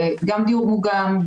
גם דיור מוגן,